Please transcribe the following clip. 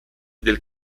del